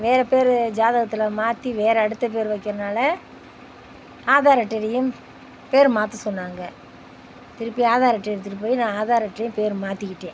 வேற பேர் ஜாதகத்தில் மாற்றி வேற அடுத்த பேர் வக்கிறதனால ஆதார் அட்டயிலையும் பேர் மாற்ற சொன்னாங்கள் திருப்பி ஆதார் அட்டையை எடுத்துப் போய் நான் ஆதார் அட்டையிலையும் பேர் மாற்றிக்கிட்டேன்